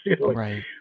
right